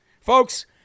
Folks